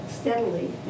steadily